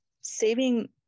saving